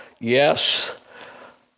Yes